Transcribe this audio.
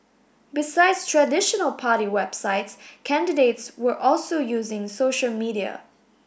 besides traditional party websites candidates were also using social media